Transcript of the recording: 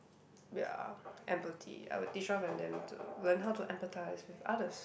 ya empathy I would teach all of them to learn how to empathize with others